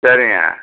சரிங்க